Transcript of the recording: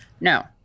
No